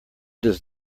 does